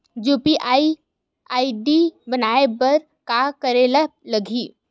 UPI ID बनाये बर का करे ल लगही?